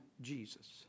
Jesus